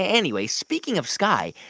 ah anyway, speaking of sky,